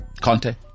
Conte